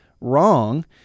wrong